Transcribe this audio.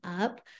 up